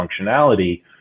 functionality